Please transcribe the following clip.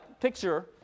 picture